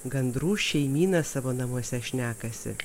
gandrų šeimyna savo namuose šnekasi